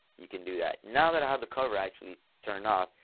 you can do that. now that i have the cover actually turned off,